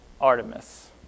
Artemis